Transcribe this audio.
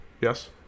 Yes